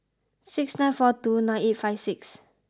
six nine four two nine eight five six